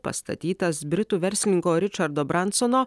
pastatytas britų verslininko ričardo bransono